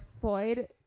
Floyd